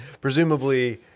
presumably